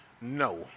no